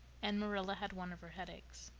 and marilla had one of her headaches.